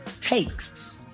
takes